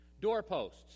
Doorposts